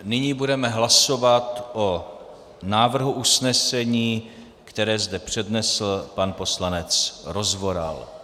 Nyní budeme hlasovat o návrhu usnesení, které zde přednesl pan poslanec Rozvoral.